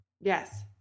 Yes